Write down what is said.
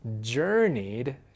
Journeyed